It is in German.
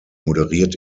moderiert